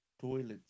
toilets